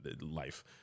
life